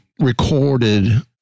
Recorded